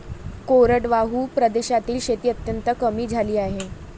कोरडवाहू प्रदेशातील शेती अत्यंत कमी झाली आहे